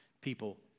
people